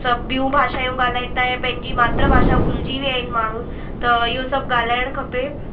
सभु ॿियूं भाषाऊं ॻाल्हाईनि था ऐं पंहिंजी मातृ भाषा भुलिजी विया आहिनि माण्हू त इहो सभु ॻाल्हाइणु खपे